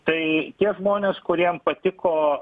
tai tie žmonės kuriem patiko